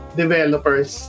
developers